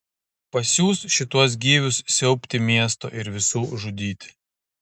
pasiųs šituos gyvius siaubti miesto ir visų žudyti